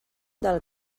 del